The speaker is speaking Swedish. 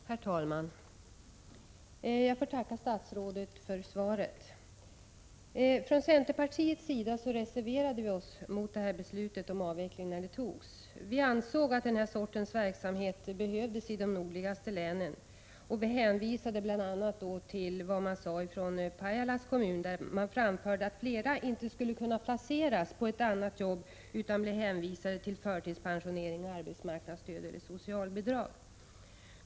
Herr talman! Jag får tacka statsrådet för svaret. Vi från centerpartiet reserverade oss mot beslutet om avvecklingen, när detta beslut fattades. Vi ansåg att den här sortens verksamhet behövdes i de nordligaste länen och hänvisade bl.a. till vad man sade från Pajala kommun. Där framförde man att flera av de berörda människorna inte skulle kunna placeras på annat jobb utan bli hänvisade till förtidspensionering, arbetsmarknadsstöd eller socialbidrag.